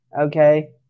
Okay